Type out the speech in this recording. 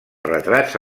retrats